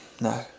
No